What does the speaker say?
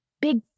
big